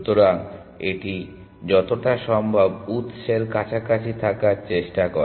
সুতরাং এটি যতটা সম্ভব উৎসের কাছাকাছি থাকার চেষ্টা করে